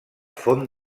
font